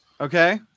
Okay